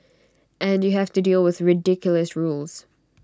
and you have to deal with ridiculous rules